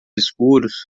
escuros